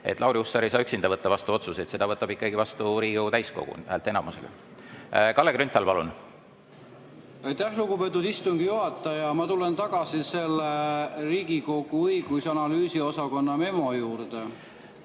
Lauri Hussar ei saa üksinda võtta vastu otsuseid, neid võtab ikkagi vastu Riigikogu täiskogu häälteenamusega. Kalle Grünthal, palun! Aitäh, lugupeetud istungi juhataja! Ma tulen tagasi selle Riigikogu õigus‑ ja analüüsiosakonna memo juurde.